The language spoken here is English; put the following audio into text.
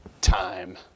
time